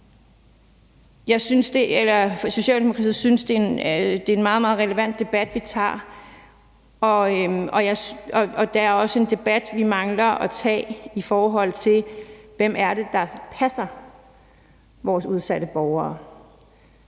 Socialdemokratiet synes, det er en meget, meget relevant debat, vi tager. Der er også en debat, vi mangler at tage, i forhold til hvem det er, der passer vores udsatte borgere.